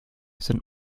sind